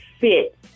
fit